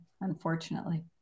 unfortunately